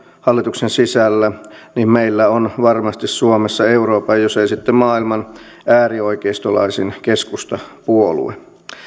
hallituksen sisällä meillä on varmasti suomessa euroopan jos ei sitten maailman äärioikeistolaisin keskustapuolue